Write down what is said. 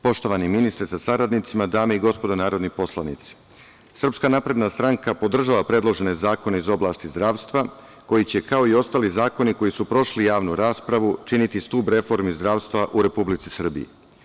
Poštovani ministre sa saradnicima, dame i gospodo narodni poslanici, SNS podržava predložene zakone iz oblasti zdravstva koji će, kao i ostali zakoni koji su prošli javnu raspravu, činiti stub reforme zdravstva u Republici Srbiji.